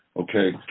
Okay